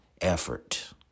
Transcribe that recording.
Effort